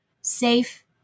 safe